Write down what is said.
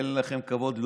אין לכם כבוד לאומי.